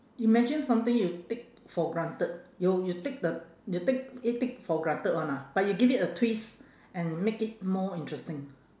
imagine something you take for granted you you take the you take it take for granted one ah but you give it a twist and make it more interesting